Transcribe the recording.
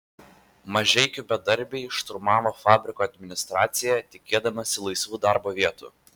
mažeikių bedarbiai šturmavo fabriko administraciją tikėdamiesi laisvų darbo vietų